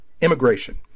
immigration